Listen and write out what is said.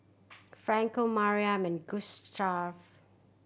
Franco Mariam and Gustaf